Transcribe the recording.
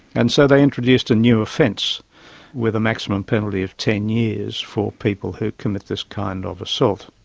and so they introduced a new offence with a maximum penalty of ten years for people who commit this kind of assault.